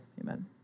amen